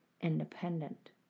independent